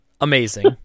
Amazing